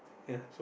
ya